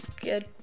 Good